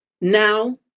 Now